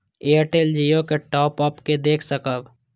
Airtel Jio के top up के देख सकब?